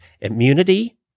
immunity